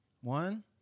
One